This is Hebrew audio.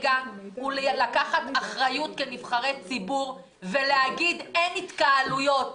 הזמן כרגע הוא לקחת אחריות כנבחרי הציבור ולהגיד שאין התקהלויות.